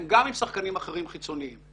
גם עם גורמים ושחקנים חיצוניים אחרים.